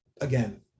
Again